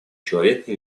человека